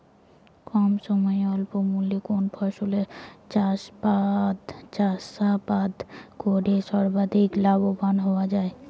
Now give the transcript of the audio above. কম সময়ে স্বল্প মূল্যে কোন ফসলের চাষাবাদ করে সর্বাধিক লাভবান হওয়া য়ায়?